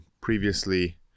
Previously